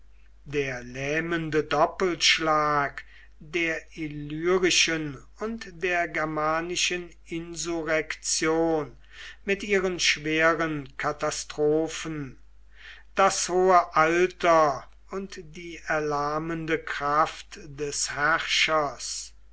der lähmende doppelschlag der illyrischen und der germanischen insurrektion mit ihren schweren katastrophen das hohe alter und die erlahmende kraft des herrschers